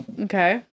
Okay